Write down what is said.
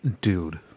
Dude